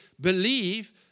believe